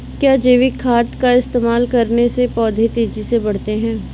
क्या जैविक खाद का इस्तेमाल करने से पौधे तेजी से बढ़ते हैं?